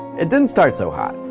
it didn't start so hot.